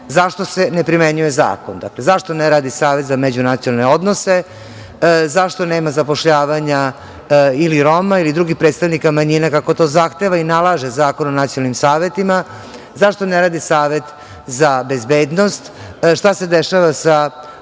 zašto se ne primenjuje zakona, zašto ne radi Savet za međunacionalne odnose, zašto nema zapošljavanja Roma ili drugih predstavnika manjina, kako to zahteva i nalaže Zakon o nacionalnim savetima, zašto ne radi Savet za bezbednost, šta se dešava sa